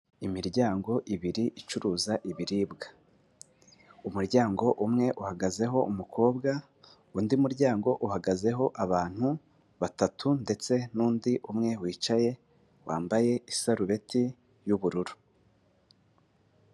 Imiryango ibiri icuruza ibiribwa. Umuryango umwe uhagazeho umukobwa, undi muryango uhagazeho abantu batatu, ndetse n'undi umwe wicaye, wambaye isarureti y'ubururu.